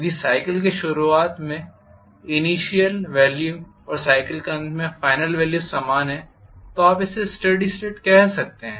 यदि साइकल की शुरुआत में इनिशियल वेल्यू और साइकल के अंत में फाइनल वेल्यू समान है तो आप इसे स्टेडी स्टेट कहते हैं